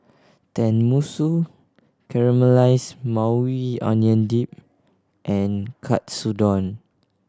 Tenmusu Caramelized Maui Onion Dip and Katsudon